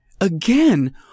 Again